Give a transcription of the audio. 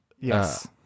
Yes